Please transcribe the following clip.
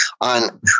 on